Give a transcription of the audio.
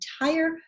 entire